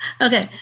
okay